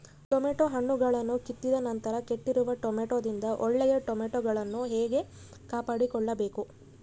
Tomato ಹಣ್ಣುಗಳನ್ನು ಕಿತ್ತಿದ ನಂತರ ಕೆಟ್ಟಿರುವ ಟೊಮೆಟೊದಿಂದ ಒಳ್ಳೆಯ ಟೊಮೆಟೊಗಳನ್ನು ಹೇಗೆ ಕಾಪಾಡಿಕೊಳ್ಳಬೇಕು?